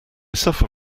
suffer